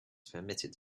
permitted